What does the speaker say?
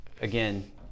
again